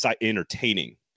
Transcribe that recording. entertaining